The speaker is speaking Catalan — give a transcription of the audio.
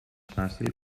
fàcil